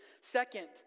Second